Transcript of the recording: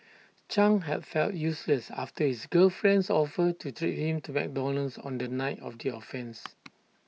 chang had felt useless after his girlfriend's offer to treat him to McDonald's on the night of the offence